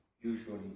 usually